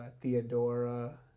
Theodora